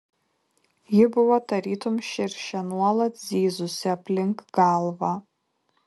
ji buvo tarytum širšė nuolat zyzusi aplink galvą